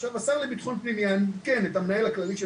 עכשיו "..השר לביטחון פנים יעדכן את המנהל הכללי של